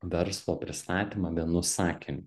verslo pristatymą vienu sakiniu